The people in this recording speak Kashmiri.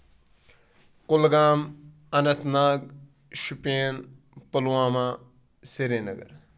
گُلگام اننت ناگ شُپیٚن پُلواما سری نگر